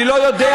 אני לא יודע.